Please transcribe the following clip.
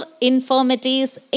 infirmities